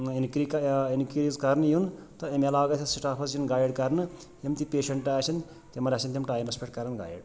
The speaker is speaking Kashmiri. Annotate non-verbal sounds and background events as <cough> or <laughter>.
اِنکری <unintelligible> اِنکریٖز کَرنہٕ یُن تہٕ اَمہِ علاوٕ گَژھِ اَتھ سِٹافَس یُن گایڈ کَرنہٕ یِم تہِ پیشَنٹ آسن تِمَن آسن تِم ٹایمَس پٮ۪ٹھ کَران گایِڈ